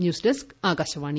news desk Akashvani